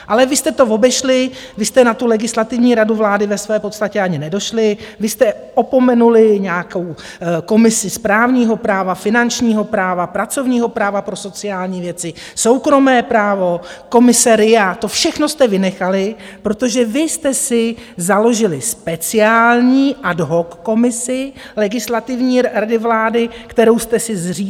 Ale vy jste to obešli, vy jste na tu Legislativní radu vlády ve své podstatě ani nedošli, vy jste opomenuli nějakou komisi správního práva, finančního práva, pracovního práva, pro sociální věci, soukromé právo, komise RIA, to všechno jste vynechali, protože vy jste si založili speciální ad hoc komisi Legislativní rady vlády, kterou jste si zřídili.